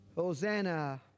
Hosanna